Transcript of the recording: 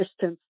distance